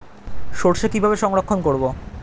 সরষে কিভাবে সংরক্ষণ করব?